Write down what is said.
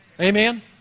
amen